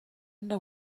wonder